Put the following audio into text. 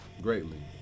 greatly